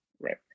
right